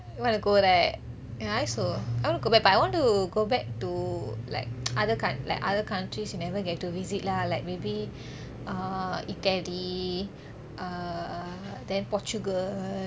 you want to go right ya I also I want to go back to but I want to go back to like other coun~ like other countries never get to visit lah like maybe err italy err then portugal